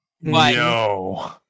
No